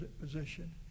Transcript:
position